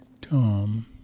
Tom